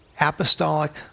apostolic